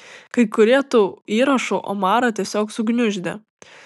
kai kurie tų įrašų omarą tiesiog sugniuždė